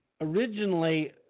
originally